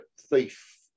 thief